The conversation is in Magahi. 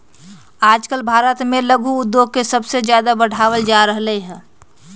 आजकल भारत में लघु उद्योग के सबसे ज्यादा बढ़ावल जा रहले है